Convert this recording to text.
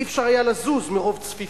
אי-אפשר לזוז מרוב צפיפות.